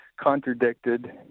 contradicted